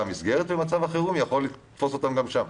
מסגרת ומצב החירום יכול לתפוס אותם גם שם.